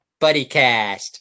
BuddyCast